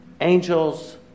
Angels